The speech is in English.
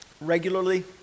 regularly